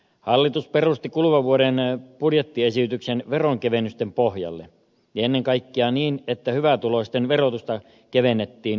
hallitus perusti kuluvan vuoden budjettiesityksen veronkevennysten pohjalle ja ennen kaikkea niin että hyvätuloisten verotusta kevennettiin eniten